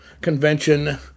Convention